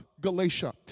Galatia